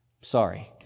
Sorry